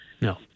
no